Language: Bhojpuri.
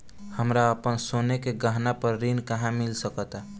हमरा अपन सोने के गहना पर ऋण कहां मिल सकता?